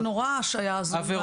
זה נורא ההשעיה הזאת.